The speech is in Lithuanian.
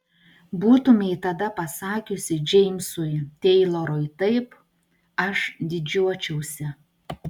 būtumei tada pasakiusi džeimsui teilorui taip aš didžiuočiausi